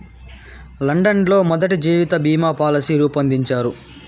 London లో మొదటి జీవిత బీమా పాలసీ రూపొందించారు